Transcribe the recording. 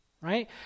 right